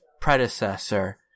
predecessor